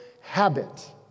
habit